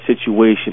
situation